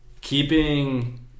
keeping